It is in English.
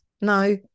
No